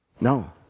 No